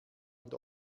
und